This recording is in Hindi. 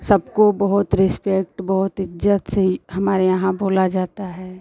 सबको बहुत रेस्पेक्ट बहुत इज्ज़त से हमारे यहाँ बोला जाता है